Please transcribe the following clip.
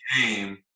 game